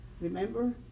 Remember